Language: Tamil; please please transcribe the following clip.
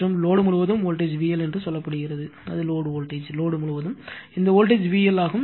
மற்றும் லோடு முழுவதும் வோல்டேஜ் VL என்று சொல்லப்படுகிறது அது லோடு வோல்டேஜ் லோடு முழுவதும் இந்த வோல்டேஜ் VL ஆகும்